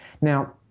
Now